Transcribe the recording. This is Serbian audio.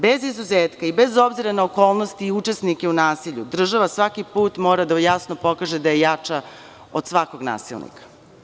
Bez izuzetka i bez obzira na okolnosti i učesnike u nasilju država svaki put mora jasno da pokaže da je jača od svakog nasilnika.